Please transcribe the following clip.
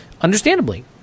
understandably